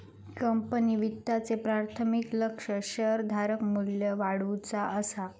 company वित्ताचे प्राथमिक लक्ष्य शेअरधारक मू्ल्य वाढवुचा असा